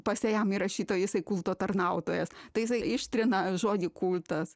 pase jam įrašyta jisai kulto tarnautojas tai jisai ištrina žodį kultas